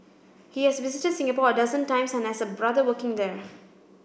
he has visited Singapore a dozen times and has a brother working there